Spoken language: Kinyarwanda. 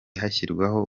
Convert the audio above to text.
hashyirwaho